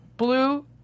Blue